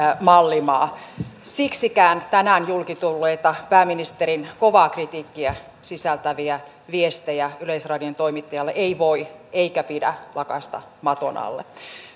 mallimaa siksikään tänään julki tulleita pääministerin kovaa kritiikkiä sisältäviä viestejä yleisradion toimittajalle ei voi eikä pidä lakaista maton alle